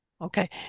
Okay